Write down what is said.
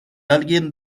alguien